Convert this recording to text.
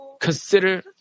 consider